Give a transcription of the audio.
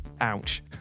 Ouch